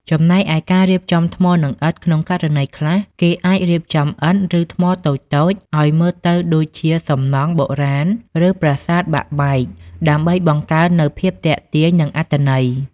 ចំណែកឯការរៀបចំថ្មនិងឥដ្ឋ ក្នុងករណីខ្លះ គេអាចរៀបចំឥដ្ឋ ឬថ្មតូចៗឱ្យមើលទៅដូចជាសំណង់បុរាណ ឬប្រាសាទបាក់បែក ដើម្បីបង្កើននូវភាពទាក់ទាញ និងអត្ថន័យ។